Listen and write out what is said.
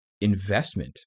investment